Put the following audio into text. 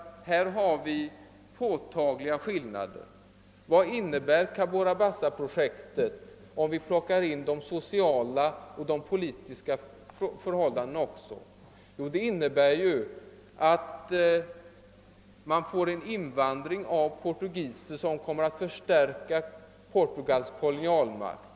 Här finns nämligen påtagliga skillnader. Vad innebär detta projekt om vi tar med de sociala och politiska förhållandena i bilden? Jo, det innebär att man får en invandring av portugiser, vilket kommer att förstärka Portugals kolonialmakt.